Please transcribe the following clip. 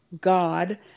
God